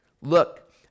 Look